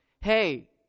hey